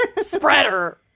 Spreader